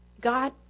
God